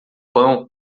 pão